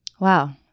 Wow